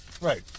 Right